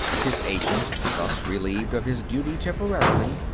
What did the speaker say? his agent, thus relieved of his duty temporarily,